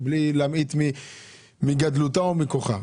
ואין לי כאן כוונה להמעיט מגדלותה וכוחה.